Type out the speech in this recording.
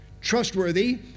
Trustworthy